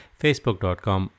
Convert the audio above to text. facebook.com